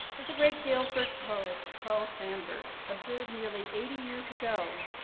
as a great galesburg poet carl sandburg observed nearly eighty years ago,